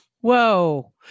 whoa